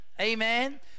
amen